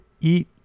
eat